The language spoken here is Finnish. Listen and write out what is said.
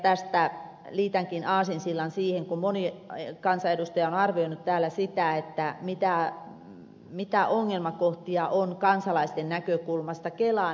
tästä liitänkin aasinsillan siihen kun moni kansanedustaja on arvioinut täällä sitä mitä ongelmakohtia kansalaisten näkökulmasta kelaan liittyy